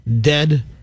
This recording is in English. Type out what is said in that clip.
dead